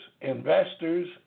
investors